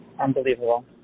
Unbelievable